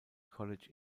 college